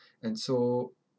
and so